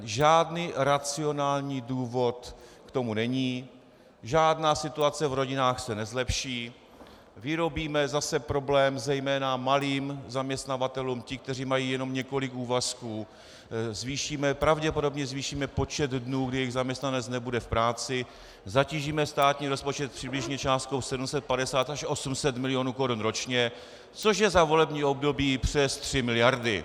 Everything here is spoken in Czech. Žádný racionální důvod k tomu není, žádná situace v rodinách se nezlepší, vyrobíme zase problém zejména malým zaměstnavatelům, těm, kteří mají jenom několik úvazků, pravděpodobně zvýšíme počet dnů, kdy jejich zaměstnanec nebude v práci, zatížíme státní rozpočet přibližně částkou 750 až 800 mil. korun ročně, což je za volební období přes 3 mld.